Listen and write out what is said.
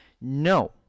No